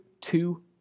two